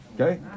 Okay